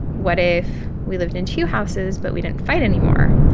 what if we lived in two houses, but we didn't fight anymore?